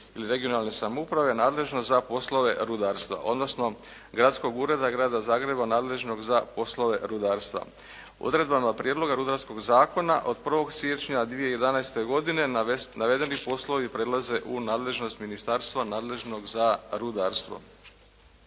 ili regionalne samouprave nadležno za poslove rudarstva, odnosno Gradskog ureda Grada Zagreba nadležnog za poslove rudarstva. Odredbama Prijedloga rudarskog zakona od 1. siječnja 2011. godine navedeni poslovi prelaze u nadležnost ministarstva nadležnog za rudarstvo.